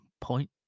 point